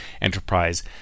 enterprise